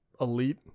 elite